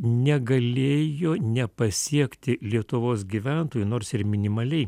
negalėjo nepasiekti lietuvos gyventojų nors ir minimaliai